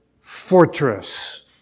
fortress